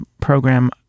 program